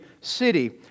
city